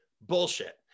Bullshit